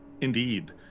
Indeed